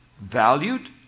valued